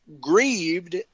grieved